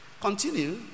Continue